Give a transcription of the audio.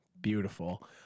Beautiful